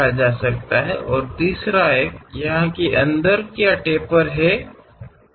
ಮತ್ತು ಮೂರನೆಯದು ಇಲ್ಲಿ ಮೊನಾಚಾಗಿ ಇದೆಯೋ ಇಲ್ಲವೋ ಒಳಗೆ ನಾವು ಅದನ್ನು ನೋಡಬಹುದು